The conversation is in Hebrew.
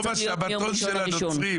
יום השבתון של הנוצרים.